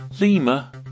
Lima